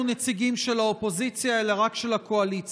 נציגים של האופוזיציה אלא רק של הקואליציה,